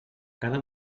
cada